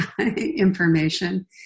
information